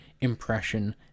impression